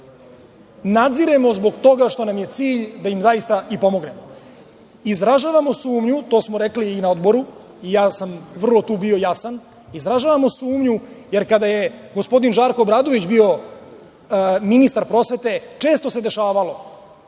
nadziremo zbog toga što nam je zaista cilj da im pomognemo. Izražavamo sumnju, to smo rekli i na Odboru, ja sam vrlo tu bio jasan, izražavamo sumnju jer kada je gospodin Žarko Obradović bio ministar prosvete često se dešavalo